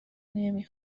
نمی